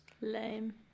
lame